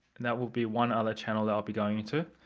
that would be one other channel i'll be going into,